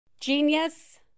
genius